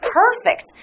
perfect